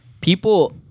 People